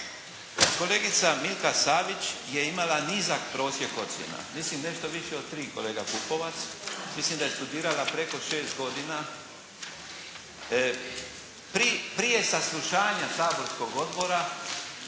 Kolegica Milka Savić je imala nizak prosjek ocjena, mislim nešto više od tri kolega Pupovac. Mislim da je studirala preko šest godina. Prije saslušanja saborskog odbora